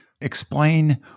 Explain